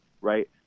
right